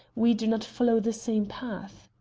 we do not follow the same path.